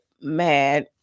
mad